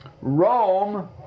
Rome